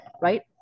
right